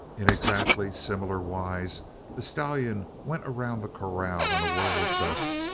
in exactly similar wise the stallion went around the corral in a whirl of dust,